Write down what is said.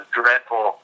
dreadful